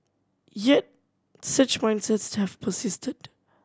yet such mindsets have persisted